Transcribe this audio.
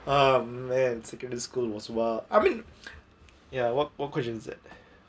um man secondary school was wild I mean ya what what questions is that